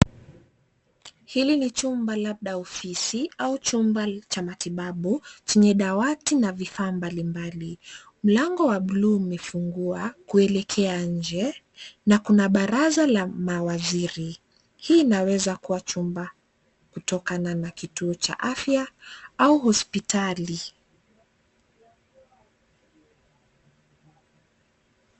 Hili ni chumba labda ofisi au chumba cha matibabu, chenye dawati na vifaa mbalimbali. Mlango wa buluu umefungua kuelekea nje na kuna baraza la mawaziri. Hii inaweza kuwa chumba kutokana na kituo cha afya au hospitali.